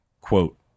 quote